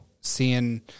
seeing